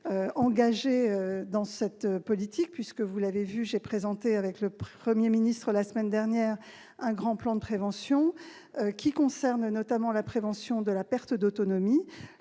engagée dans cette politique, puisque- vous l'avez vu -j'ai présenté avec le Premier ministre la semaine dernière un grand plan de prévention, qui concerne notamment la prévention de la perte d'autonomie.